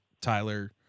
tyler